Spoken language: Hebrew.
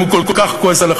אם הוא כל כך כועס עליך.